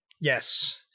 yes